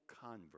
convert